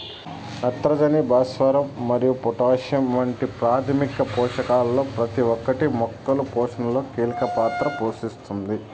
నత్రజని, భాస్వరం మరియు పొటాషియం వంటి ప్రాథమిక పోషకాలలో ప్రతి ఒక్కటి మొక్కల పోషణలో కీలక పాత్ర పోషిస్తుంది